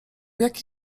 jaki